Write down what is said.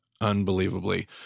unbelievably